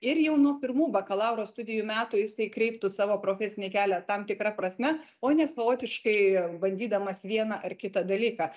ir jau nuo pirmų bakalauro studijų metų jisai kreiptų savo profesinį kelią tam tikra prasme o ne chaotiškai bandydamas vieną ar kitą dalyką